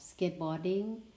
skateboarding